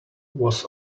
was